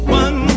one